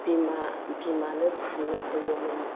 बिमा बिमानो फाननो होयोमोन